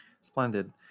splendid